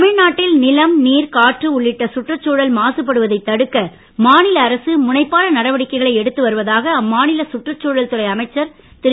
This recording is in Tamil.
தமிழ்நாட்டில் நிலம் நீர் காற்று உள்ளிட்ட சுற்றுச்சூழல் மாசுபடுவதைத் தடுக்க மாநில அரசு முனைப்பான நடவடிக்கைகளை எடுத்து வருவதாக அம்மாநில சுற்றுச்சூழல் துறை அமைச்சர் திரு